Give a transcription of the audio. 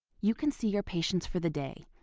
you can see your patients for the day,